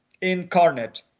incarnate